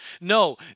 No